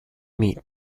meet